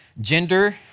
gender